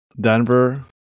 Denver